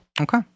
Okay